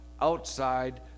outside